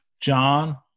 John